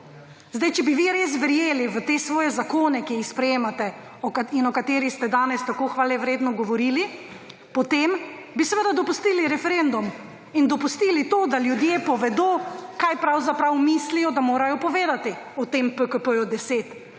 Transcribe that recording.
tebe. Če bi vi res verjeli v te svoje zakone, ki jih sprejemate in o katerih ste danes tako hvalevredno govorili, potem bi dopustili referendum in dopustili to, da ljudje povedo, kaj pravzaprav mislijo, da morajo povedati o tem PKP10.